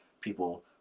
people